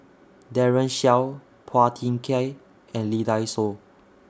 Daren Shiau Phua Thin Kiay and Lee Dai Soh